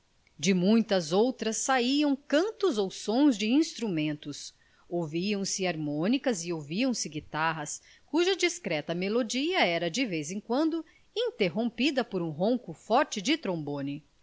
de muitas outras saiam cantos ou sons de instrumentos ouviam-se harmônicas e ouviam-se guitarras cuja discreta melodia era de vez em quando interrompida por um ronco forte de trombone